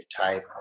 type